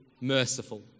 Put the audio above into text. merciful